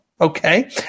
Okay